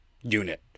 unit